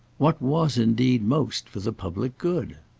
what was indeed most for the public good?